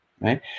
right